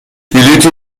بلیطی